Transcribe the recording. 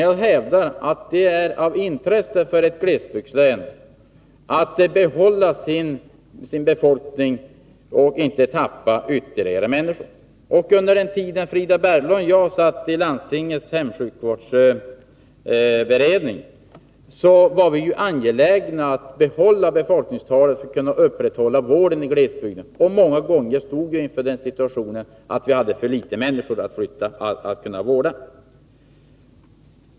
Jag hävdar emellertid att det är av intresse för ett glesbygdslän att inte fler människor lämnar länet. Under den tid som Frida Berglund och jag satt i landstingets hemsjukvårdsberedning var vi ju angelägna om att hålla befolkningstalet kvar vid samma nivå och upprätthålla vården i glesbygden. Många gånger stod vi inför situationen att ha för få människor att vårda.